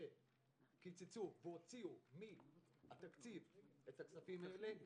שקיצצו והוציאו מהתקציב את הכספים האלה,